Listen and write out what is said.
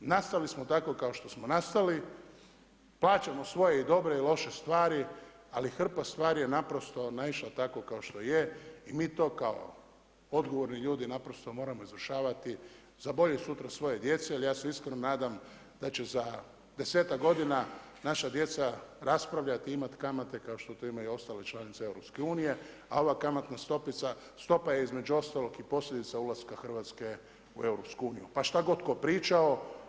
I nastali smo tako kao što smo nastali, plaćamo svoje i dobre i loše stvari, ali hrpa stvari je naprosto naišla tako kao što je i mi to kao odgovorni ljudi naprosto moramo izvršavati za bolje sutra svoje djece jer ja se iskreno nadam da će za desetak godina naša djeca raspravljati, imat kamate kao što to imaju ostale članice EU, a ova kamatna stopa je između ostalog i posljedica ulaska Hrvatske u EU, pa što god tko pričao.